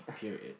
period